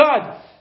God